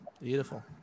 beautiful